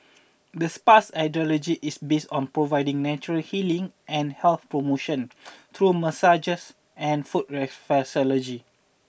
the spa's ideology is based on providing natural healing and health promotion through massage and foot reflexology